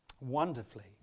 wonderfully